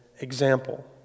example